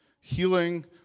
Healing